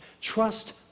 Trust